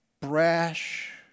brash